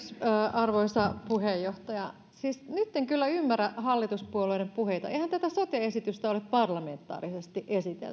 arvoisa puheenjohtaja siis nyt en kyllä ymmärrä hallituspuolueiden puheita eihän tätä sote esitystä ole parlamentaarisesti